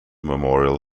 memorial